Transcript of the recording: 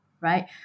right